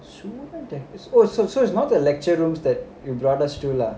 so it's not the lecture rooms that you brought us to lah